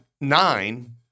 nine